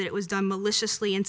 that it was done maliciously and